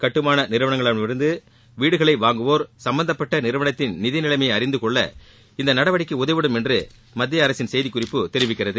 கட்டுமான நிறுவனங்களிடமிருந்து வீடுகளை வாங்குவோர் சும்பந்தப்பட்ட நிறுவனத்தின் நிதிநிலைமையை அறிந்தகொள்ள இந்த நடவடிக்கை உதவிடும் என்று மத்தியஅரசின் செய்திக்குறிப்பு தெரிவிக்கிறது